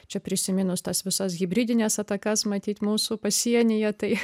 čia prisiminus tas visas hibridines atakas matyt mūsų pasienyje tai